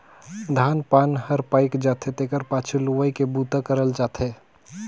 धान पान हर पायक जाथे तेखर पाछू लुवई के बूता करल जाथे